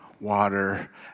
water